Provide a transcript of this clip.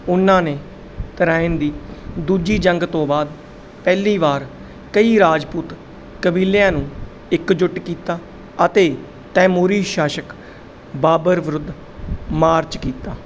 ਉਹਨਾਂ ਨੇ ਤਰਾਇਨ ਦੀ ਦੂਜੀ ਜੰਗ ਤੋਂ ਬਾਅਦ ਪਹਿਲੀ ਵਾਰ ਕਈ ਰਾਜਪੂਤ ਕਬੀਲਿਆਂ ਨੂੰ ਇਕਜੁੱਟ ਕੀਤਾ ਅਤੇ ਤੈਮੂਰੀ ਸ਼ਾਸਕ ਬਾਬਰ ਵਿਰੁੱਧ ਮਾਰਚ ਕੀਤਾ